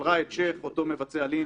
על ראאד שייח, אותו מבצע לינץ',